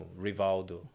Rivaldo